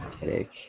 Headache